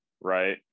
right